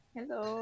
Hello